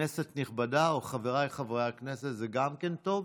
כנסת נכבדה"; או "חבריי חברי הכנסת", גם זה טוב,